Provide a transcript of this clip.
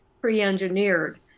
pre-engineered